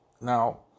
Now